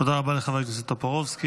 תודה רבה לחבר הכנסת טופורובסקי.